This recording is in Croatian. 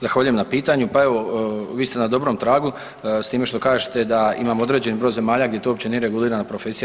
Zahvaljujem na pitanju, pa evo vi ste na dobrom tragu s time što kažete da imamo određeni broj zemalja gdje to uopće nije regulirana profesija.